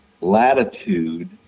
latitude